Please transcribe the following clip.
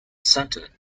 centre